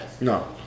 No